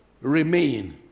remain